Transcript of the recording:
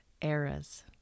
eras